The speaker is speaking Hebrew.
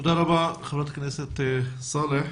תודה רבה, חברת הכנסת סאלח.